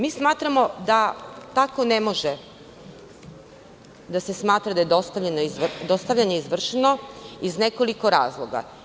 Mi smatramo da tako ne može da se smatra da je dostavljanje izvršeno, iz nekoliko razloga.